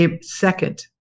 second